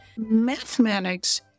Mathematics